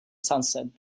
sunset